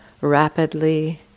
rapidly